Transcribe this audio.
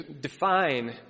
define